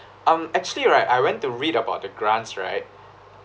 um actually right I went to read about the grants right